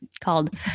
called